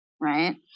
right